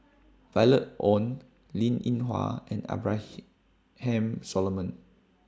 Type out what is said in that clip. Violet Oon Linn in Hua and Ham Solomon